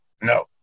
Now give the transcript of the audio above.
no